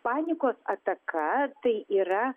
panikos ataka tai yra